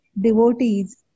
devotees